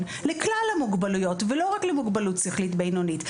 לכלל המוגבלויות ולא רק למוגבלות שכלית בינונית,